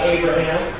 Abraham